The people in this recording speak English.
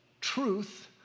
truth